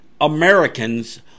Americans